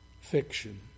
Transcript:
fiction